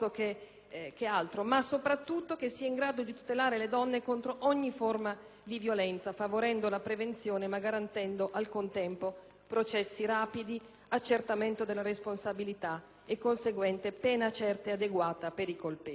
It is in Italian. sia soprattutto in grado di tutelare le donne contro ogni forma di violenza, favorendo la prevenzione, ma garantendo al contempo processi rapidi, accertamento della responsabilità e conseguente pena certa e adeguata per i colpevoli.